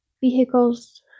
vehicles